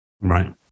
Right